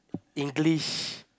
English